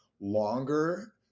longer